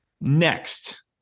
Next